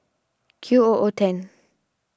Q O O ten